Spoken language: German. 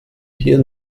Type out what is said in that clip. hier